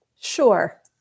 Sure